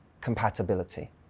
compatibility